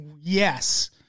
yes